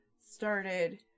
started